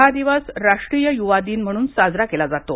हा दिवस राष्ट्रीय युवा दिन म्हणून साजरा केला जातो